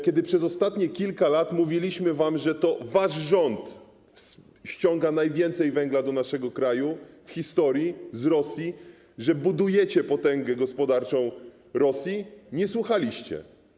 Kiedy przez ostatnie kilka lat mówiliśmy wam, że to wasz rząd sprowadza najwięcej węgla do naszego kraju w historii z Rosji, że budujecie potęgę gospodarczą Rosji, nie słuchaliście.